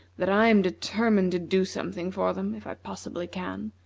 that i am determined to do something for them, if i possibly can.